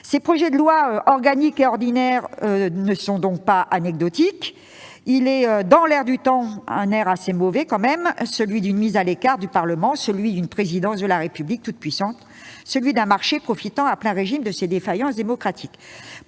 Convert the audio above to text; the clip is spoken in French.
Ces projets de loi organique et ordinaire sont donc loin d'être anecdotiques. Ils sont dans l'air du temps- un air assez mauvais. L'heure est à la mise à l'écart du Parlement, à une présidence de la République toute-puissante, à un marché profitant à plein régime de ces défaillances démocratiques.